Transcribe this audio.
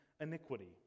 iniquity